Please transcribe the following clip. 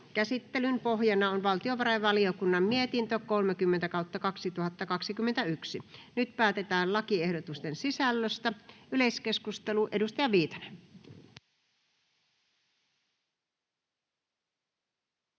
Käsittelyn pohjana on valtiovarainvaliokunnan mietintö VaVM 27/2021 vp. Nyt päätetään lakiehdotusten sisällöstä. — Yleiskeskustelu, edustaja Viitanen.